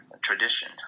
tradition